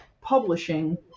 publishing